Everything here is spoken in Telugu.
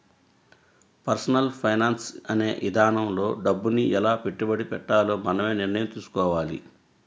పర్సనల్ ఫైనాన్స్ అనే ఇదానంలో డబ్బుని ఎలా పెట్టుబడి పెట్టాలో మనమే నిర్ణయం తీసుకోవాలి